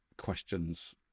questions